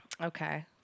okay